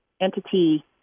entity